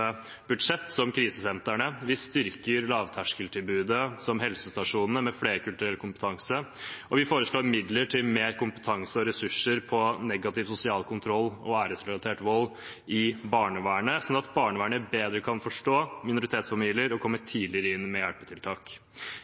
budsjett, vi styrker lavterskeltilbud, som helsestasjoner med flerkulturell kompetanse, og vi foreslår midler til mer kompetanse og ressurser i barnevernet når det gjelder negativ sosial kontroll og æresrelatert vold, slik at barnevernet bedre kan forstå minoritetsfamilier og komme tidligere inn med hjelpetiltak.